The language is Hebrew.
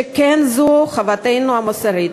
שכן זו חובתנו המוסרית.